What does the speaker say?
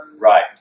Right